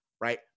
right